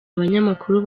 abanyamakuru